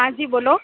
હા જી બોલો